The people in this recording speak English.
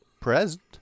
Present